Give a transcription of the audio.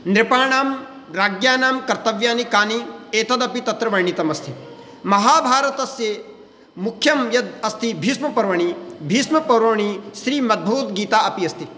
नृपाणां राज्ञानां कर्तव्यानि कानि एतदपि तत्र वर्णितमस्ति महाभारतस्य मुख्यं यत् अस्ति भीष्मपर्वणि भीष्मपर्वणि श्रीमद्भुत् गीता अपि अस्ति